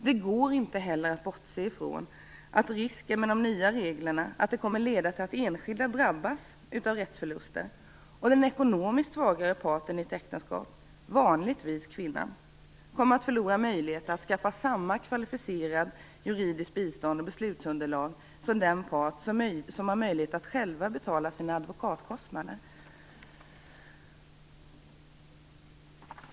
Det går inte heller att bortse från att risken med de nya reglerna är att de kommer att leda till att enskilda drabbas av rättsförluster, och den ekonomiskt svagare parten i ett äktenskap, vanligtvis kvinnan, kommer att förlora möjligheten att skaffa samma kvalificerade juridiska bistånd och beslutsunderlag som den part som har möjlighet att själv betala sina advokatkostnader.